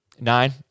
Nine